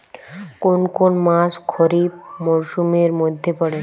কোন কোন মাস খরিফ মরসুমের মধ্যে পড়ে?